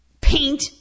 paint